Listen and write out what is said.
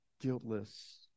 guiltless